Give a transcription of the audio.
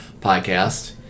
podcast